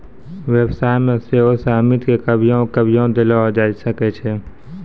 व्यवसाय मे सेहो सहमति के कभियो कभियो देलो जाय सकै छै